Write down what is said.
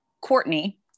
Courtney